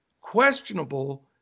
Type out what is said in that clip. Questionable